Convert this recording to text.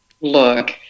look